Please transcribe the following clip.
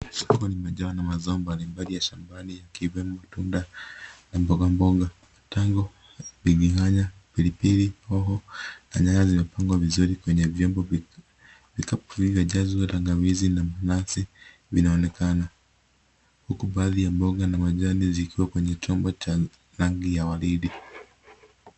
Soko limejaa na mazao mbalimbali ya shambani yakiwemo matunda na mboga mboga. Matango, biringanya, pilipili, hoho na nyanya zimepangwa vizuri kwenye vyombo. Vikapu vilivyojazwa tangawizi na mananasi vinaonekana. Huku baadhi ya mboga na majani zikiwa kwenye chombo cha rangi ya waridi.